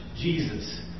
Jesus